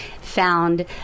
found